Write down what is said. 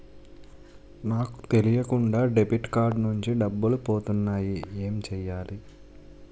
నాకు తెలియకుండా debit card నుంచి డబ్బులు పోతున్నాయి ఎం చెయ్యాలి?